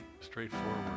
straightforward